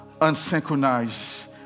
unsynchronized